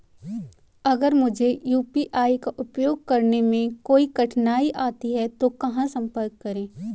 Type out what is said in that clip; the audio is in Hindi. अगर मुझे यू.पी.आई का उपयोग करने में कोई कठिनाई आती है तो कहां संपर्क करें?